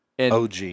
OG